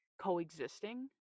coexisting